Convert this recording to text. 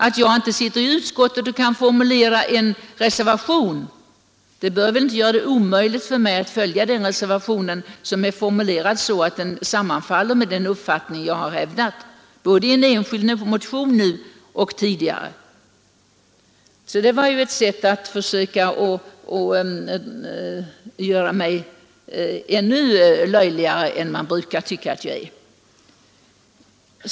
Att jag inte sitter i utskottet och kan formulera en reservation bör väl inte göra det omöjligt för mig att följa den reservationen som är formulerad så att den sammanfaller med en uppfattning jag har hävdat både i en enskild motion i detta ärende och tidigare. Det var ett sätt att försöka göra mig ännu löjligare än man brukar tycka att jag är.